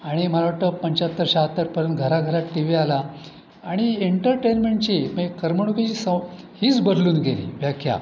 आणि मला वाटतं पंच्याहत्तर शहात्तरपर्यंत घराघरात टी व्ही आला आणि एंटरटेनमेंटची म्हणजे करमणुकीची सौ हीच बदलून गेली व्याख्या